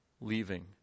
leaving